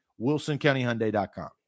WilsonCountyHyundai.com